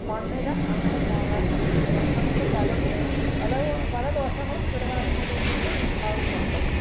മണ്ണിര അങ്ങനെ ചാകാന് വന്ന എന്ന് പറഞ്ഞണക്ക് പലതും പല ദോഷം പല ദോഷങ്ങളും കീടനാശിനികള് കൊണ്ട് ഉണ്ടാവുന്നുണ്ട്